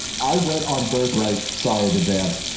i went on birthright sorry in advance.